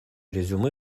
резюме